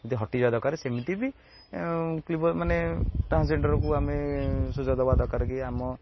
ଏମିତି ହଟିଯିବା ଦରକାରେ ସେମିତି ବି କ୍ଳିବ ମାନେ ଟ୍ରାନ୍ସଜେଣ୍ଡରକୁ ଆମେ ସୁଯୋଗ ଦେବା ଦରକାର କି ଆମ